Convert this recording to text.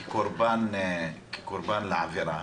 כקורבן לעבירה,